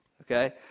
Okay